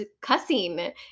cussing